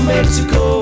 Mexico